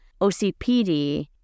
OCPD